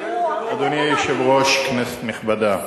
אדוני היושב-ראש, כנסת נכבדה,